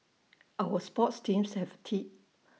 our sports teams have tea